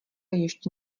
ještě